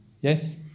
Yes